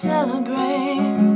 Celebrate